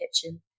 kitchen